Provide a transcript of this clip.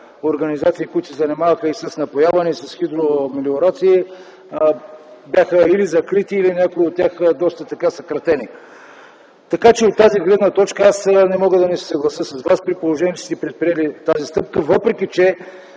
организации, които се занимаваха и с напояване, и с хидромелиорации бяха или закрити, или някои от тях доста съкратени. От тази гледна точка аз не мога да не се съглася с Вас, при положение, че сте предприели тази стъпка, макар че